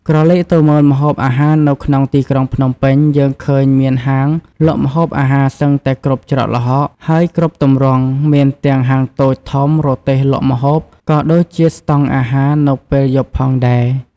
ក្រឡេកទៅមើលម្ហូបអាហារនៅក្នុងទីក្រុងភ្នំពេញ យើងឃើញមានហាងលក់ម្ហូបអាហារសឹងតែគ្រប់ច្រកល្ហក ហើយគ្រប់ទម្រង់ មានទាំងហាងតូច ធំ រទេះលក់ម្ហូប ក៏ដូចជាស្តង់អាហារនៅពេលយប់ផងដែរ។